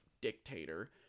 dictator